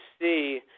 see